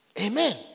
Amen